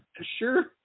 sure